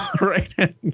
right